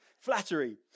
Flattery